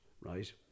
right